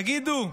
תגידו,